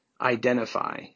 identify